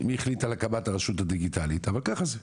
מי החליט על הקמת הרשות הדיגיטלית, אבל ככה זה.